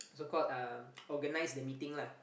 so called um organise the meeting lah